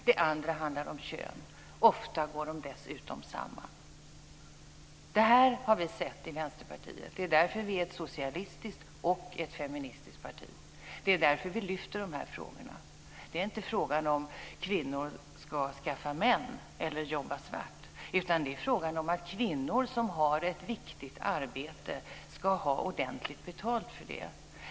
Den andra handlar om kön. Ofta går de dessutom samman. Det har vi sett i Vänsterpartiet. Det är därför vi är ett socialistiskt och feministiskt parti. Det är därför vi lyfter fram de här frågorna. Det är inte fråga om att kvinnor ska skaffa män eller jobba svart. Det är fråga om att kvinnor som har ett viktigt arbete ska ha ordentligt betalt för det.